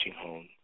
home